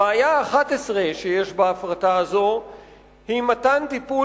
הבעיה האחת-עשרה שיש בהפרטה הזאת היא מתן טיפול